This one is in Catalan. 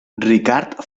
ricard